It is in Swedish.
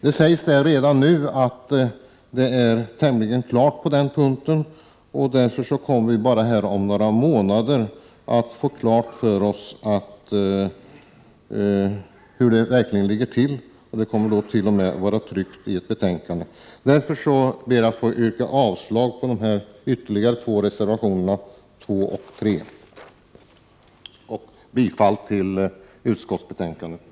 Det sägs redan nu att det är tämligen klart på den punkten, och därför kommer vi om bara några månader att få veta hur det verkligen ligger till, t.o.m. i ett tryckt betänkande. Därför ber jag att få yrka avslag på de två ytterligare reservationerna, nr 2 och 3, och bifall till utskottets hemställan.